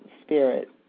spirit